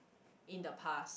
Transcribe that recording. in the past